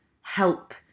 help